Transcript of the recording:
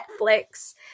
netflix